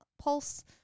Pulse